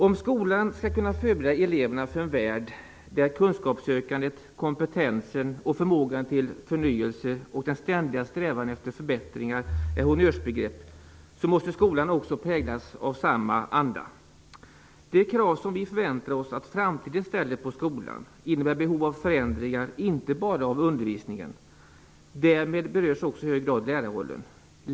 Om skolan skall kunna förbereda eleverna för en värld där kunskapssökandet, kompetensen, förmågan till förnyelse och den ständiga strävan efter förbättringar är honnörsbegrepp måste skolan också präglas av samma anda. De krav som vi förväntar oss att framtiden ställer på skolan innebär behov av förändringar inte bara av undervisningen. Därmed berörs också i hög grad lärarrollen.